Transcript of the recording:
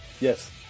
Yes